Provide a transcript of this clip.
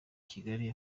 kigali